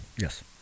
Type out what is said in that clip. Yes